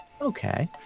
Okay